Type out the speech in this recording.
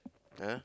!huh!